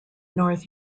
north